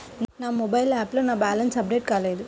నా మొబైల్ యాప్లో నా బ్యాలెన్స్ అప్డేట్ కాలేదు